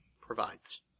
provides